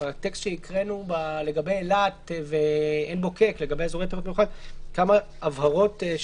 לגבי אילת ועין בוקק כמה הבהרות.